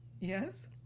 Yes